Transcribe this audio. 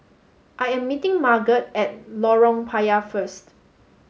I am meeting Margot at Lorong Payah first